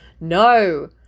No